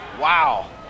Wow